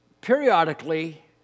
periodically